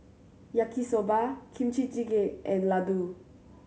Yaki Soba Kimchi Jjigae and Ladoo